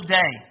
day